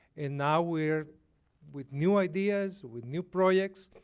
and now we're with new ideas, with new projects,